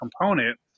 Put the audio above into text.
component